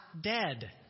dead